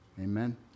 Amen